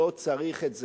לא צריך את זה.